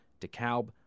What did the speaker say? DeKalb